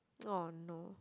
orh no